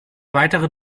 weitere